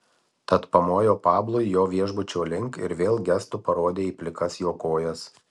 tad pamojo pablui jo viešbučio link ir vėl gestu parodė į plikas jo kojas